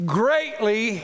greatly